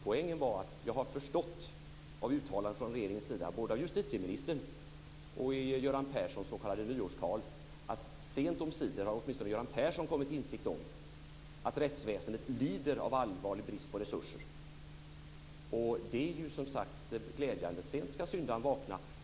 Poängen är att jag har förstått av uttalanden från regeringens sida - både av justitieministern och av Göran Persson i hans s.k. nyårstal - att man sent omsider, i alla fall Göran Persson, har kommit till insikt om att rättsväsendet lider av allvarlig brist på resurser. Det är som sagt glädjande. Sent ska syndaren vakna.